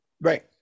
Right